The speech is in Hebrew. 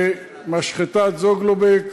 במשחטת "זוגלובק",